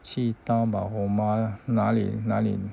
去 town varlhona 哪里哪里